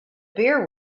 beer